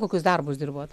kokius darbus dirbot